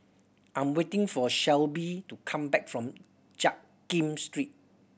I am waiting for Shelbie to come back from Jiak Kim Street